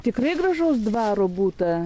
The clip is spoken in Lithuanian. tikrai gražaus dvaro būta